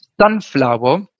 sunflower